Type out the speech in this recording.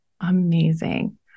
Amazing